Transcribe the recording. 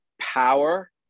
power